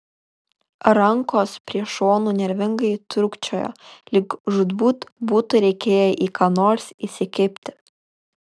rankos prie šonų nervingai trūkčiojo lyg žūtbūt būtų reikėję į ką nors įsikibti